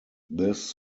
this